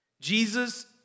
Jesus